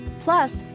Plus